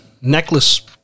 necklace